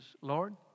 Lord